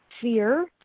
fear